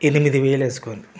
ఎనిమిది వేలు వేస్కొని